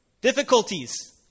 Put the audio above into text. difficulties